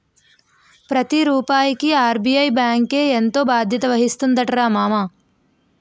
ప్రతి రూపాయికి ఆర్.బి.ఐ బాంకే ఎంతో బాధ్యత వహిస్తుందటరా మామా